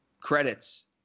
credits